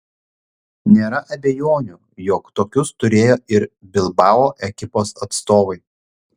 nėra abejonių jog tokius turėjo ir bilbao ekipos atstovai